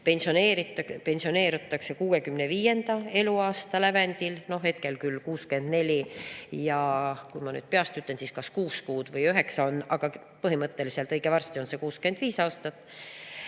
Pensioneerutakse 65. eluaasta lävendil, hetkel küll 64, ma nüüd peast ütlen, aga vist on kuus kuud või üheksa, aga põhimõtteliselt õige varsti on see 65 aastat.